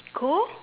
cool